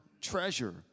treasure